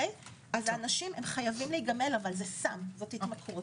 אנשים חייבים להיגמל אבל זה סם, התמכרות.